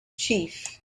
chief